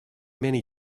many